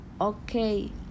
Okay